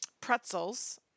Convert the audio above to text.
pretzels